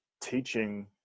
teaching